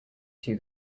two